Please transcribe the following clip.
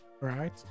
right